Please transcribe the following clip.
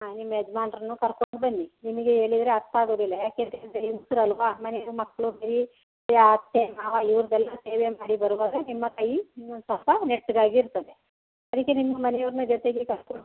ಹಾಂ ನಿಮ್ಮ ಯಜಾನ್ರನ್ನು ಕರ್ಕೊಂಡು ಬನ್ನಿ ನಿಮಗೆ ಹೇಳಿದ್ರೆ ಅರ್ಥ ಆಗೋದಿಲ್ಲ ಯಾಕೆ ಅಂತ ಹೇಳಿದ್ರೆ ಹೆಂಗ್ಸ್ರು ಅಲ್ವಾ ಮನೇಲಿ ಮಕ್ಕಳು ಮರಿ ಅತ್ತೆ ಮಾವ ಇವ್ರದ್ದೆಲ್ಲ ಸೇವೆ ಮಾಡಿ ಬರುವಾಗ ನಿಮ್ಮ ಕೈ ಇನ್ನೊಂದು ಸ್ವಲ್ಪ ನೆಟ್ಟಗೆ ಆಗಿ ಇರ್ತದೆ ಅದಕ್ಕೆ ನಿಮ್ಮ ಮನೆಯವ್ರ್ನ ಜೊತೆಗೆ ಕರ್ಕೊಂಡು ಬನ್ನಿ